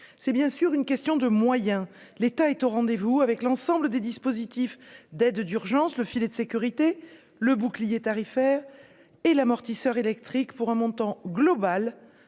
c'est bien sûr une question de moyens, l'État est au rendez-vous avec l'ensemble des dispositifs d'aide d'urgence, le filet de sécurité, le bouclier tarifaire et l'amortisseur électrique pour un montant global